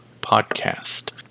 podcast